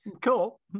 Cool